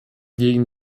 gegen